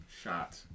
shot